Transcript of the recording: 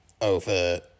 over